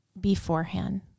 beforehand